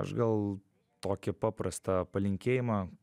aš gal tokį paprastą palinkėjimą